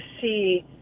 see